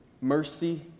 Mercy